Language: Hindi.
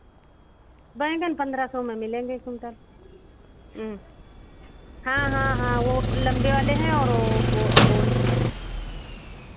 बैंगन पन्द्रह सौ में मिलेंगे एक कुन्टल हाँ हाँ हाँ वो लम्बे वाले हैं और वो गो गोल भी हैं